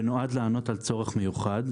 ונועד לענות על צורך מיוחד,